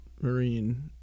marine